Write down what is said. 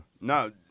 No